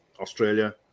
Australia